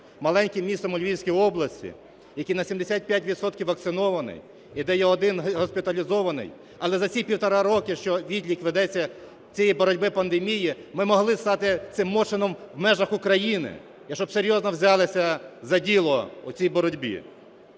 маленьким містом у Львівській області, який на 75 відсотків вакцинований і де є один госпіталізований. Але за ці півтора року, що відлік ведеться цієї боротьби з пандемією, ми могли стати цим Моршином в межах України, якщо б серйозно взялися за діло у цій боротьбі.